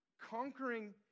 conquering